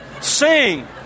sing